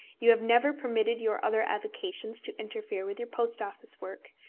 you have never permitted your other avocations to interfere with your post office work,